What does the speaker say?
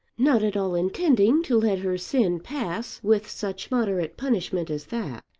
not at all intending to let her sin pass with such moderate punishment as that,